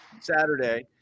Saturday